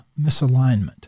misalignment